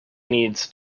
needs